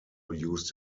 used